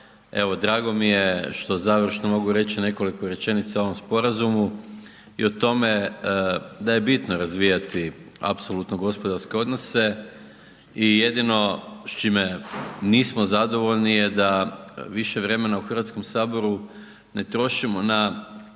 drago mi je što završno mogu reći nekoliko rečenica o ovom sporazumu i o tome da je bitno razvijati apsolutno gospodarske odnose i jedino s čime nismo zadovoljni je da više vremena u Hrvatskom saboru ne trošimo na